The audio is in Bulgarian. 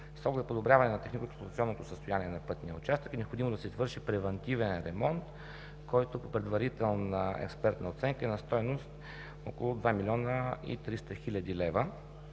С оглед на подобряване на техникоексплоатационното състояние на пътния участък е необходимо да се извърши превантивен ремонт, който по предварителна експертна оценка е на стойност около 2 млн. 300 хил. лв.